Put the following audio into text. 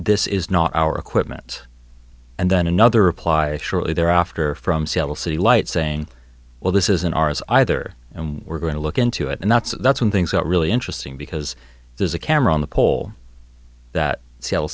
this is not our equipment and then another reply shortly thereafter from seattle city light saying well this isn't ours either and we're going to look into it and that's that's when things got really interesting because there's a camera on the pole that